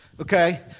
okay